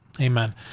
Amen